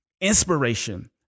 Inspiration